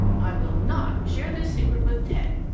i will not share this secret with ted!